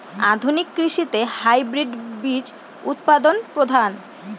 আধুনিক কৃষিতে হাইব্রিড বীজ উৎপাদন প্রধান